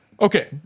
Okay